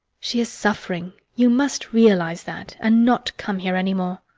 she is suffering. you must realise that, and not come here any more.